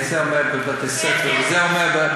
זה אומר: בבתי-ספר, וזה אומר: